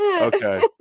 Okay